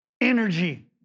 energy